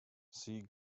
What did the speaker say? see